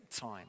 time